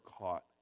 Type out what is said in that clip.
caught